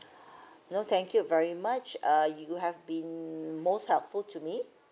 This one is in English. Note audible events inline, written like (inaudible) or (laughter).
(breath) no thank you very much uh you have been most helpful to me